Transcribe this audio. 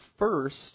First